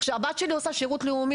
הבת שלי עושה שירות לאומי,